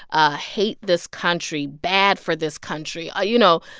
ah hate this country, bad for this country ah you know,